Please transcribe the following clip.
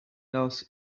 else